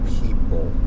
people